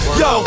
yo